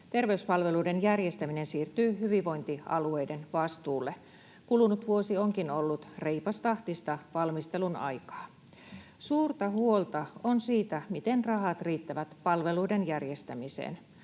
terveyspalveluiden järjestäminen siirtyy hyvinvointialueiden vastuulle. Kulunut vuosi onkin ollut reipastahtista valmistelun aikaa. Suurta huolta on siitä, miten rahat riittävät palveluiden järjestämiseen.